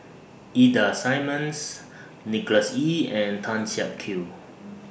Ida Simmons Nicholas Ee and Tan Siak Kew